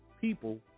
people